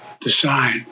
decide